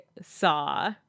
saw